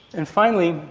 and finally,